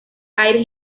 aires